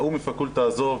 ההוא מהפקולטה הזו,